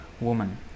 woman